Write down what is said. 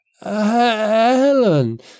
Helen